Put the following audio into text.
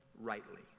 rightly